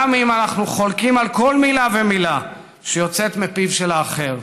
גם אם אנחנו חולקים על כל מילה ומילה שיוצאת מפיו של האחר.